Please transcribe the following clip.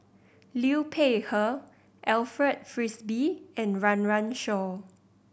Liu Peihe Alfred Frisby and Run Run Shaw